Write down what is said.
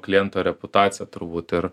kliento reputaciją turbūt ir